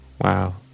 Wow